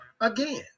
again